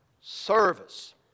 service